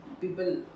people